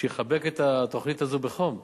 שיחבק את התוכנית הזאת בחום.